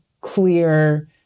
clear